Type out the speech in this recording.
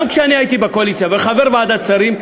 גם כשהייתי בקואליציה וחבר ועדת שרים,